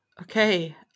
Okay